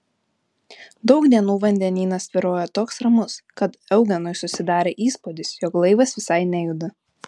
daug dienų vandenynas tvyrojo toks ramus kad eugenui susidarė įspūdis jog laivas visai nejuda